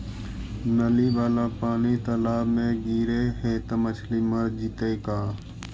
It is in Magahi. नली वाला पानी तालाव मे गिरे है त मछली मर जितै का?